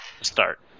Start